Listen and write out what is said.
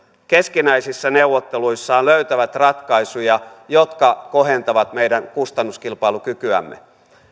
keskinäisissä neuvotteluissaan löytävät ratkaisuja jotka kohentavat meidän kustannuskilpailukykyämme